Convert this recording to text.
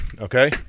okay